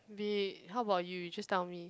be it how about you you just tell me